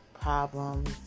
problems